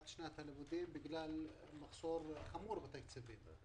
שנת הלימודים בגלל מחסור חמור בתקציבים.